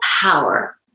power